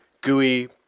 gooey